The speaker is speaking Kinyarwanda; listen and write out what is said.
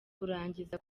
kurangiza